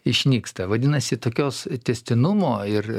išnyksta vadinasi tokios tęstinumo ir